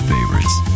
Favorites